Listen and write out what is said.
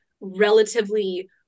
relatively